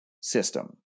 system